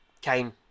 came